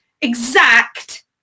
exact